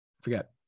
forget